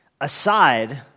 aside